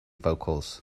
vocals